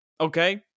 okay